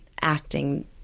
acting